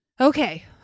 Okay